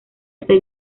este